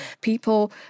people